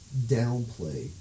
downplay